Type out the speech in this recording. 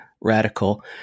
radical